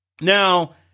Now